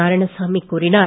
நாராயணசாமி கூறினார்